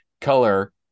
color